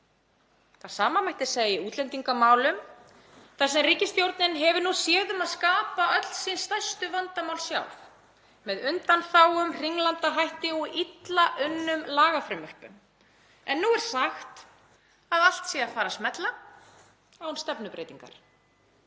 Það sama mætti segja í útlendingamálum þar sem ríkisstjórnin hefur séð um að skapa öll sín stærstu vandamál sjálf með undanþágum, hringlandahætti og illa unnum lagafrumvörpum. Nú er sagt að allt sé að fara að smella án stefnubreytingar.